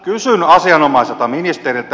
kysyn asianomaiselta ministeriltä